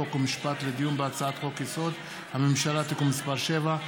חוק ומשפט לדיון בהצעת חוק-יסוד: הממשלה (תיקון מס' 7);